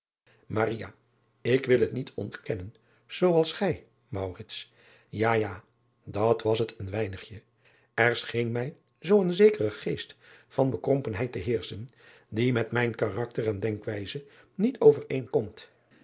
k wil het niet ontkennen zoo als gij ja ja dat was het een weinigje r scheen mij zoo een zekere geest van bekrompenheid te heerschen die met mijn karakter en denkwijze niet overeenkomt